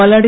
Malladi